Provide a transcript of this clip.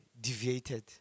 deviated